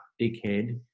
dickhead